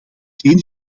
geen